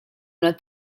una